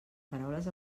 paraules